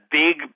big